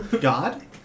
God